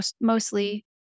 mostly